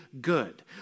good